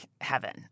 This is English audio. Heaven